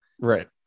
right